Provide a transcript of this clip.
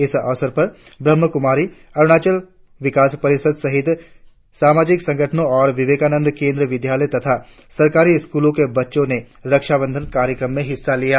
इस अवसर पर ब्रह्मकुमारी अरुणाचल विकास परिषद सहित सामाजिक संगठनों और विवेकानंद केंद्रीय विद्यालय तथा सरकारी स्कूलों के बच्चों ने रक्षाबंधन कार्यक्रम में हिस्सा लिया